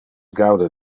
gaude